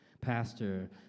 Pastor